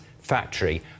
Factory